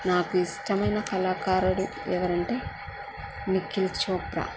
నాకు ఇష్టమైన కళాకారుడు ఎవరు అంటే నిఖిల్ చోప్రా